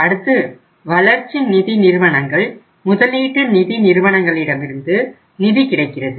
அடுத்து வளர்ச்சி நிதி நிறுவனங்கள் முதலீட்டு நிதி நிறுவனங்களிடமிருந்து நிதி கிடைக்கிறது